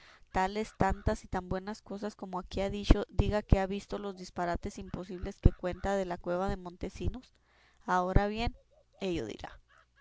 tales tantas y tan buenas cosas como aquí ha dicho diga que ha visto los disparates imposibles que cuenta de la cueva de montesinos ahora bien ello dirá